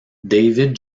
david